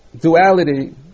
duality